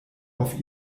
auf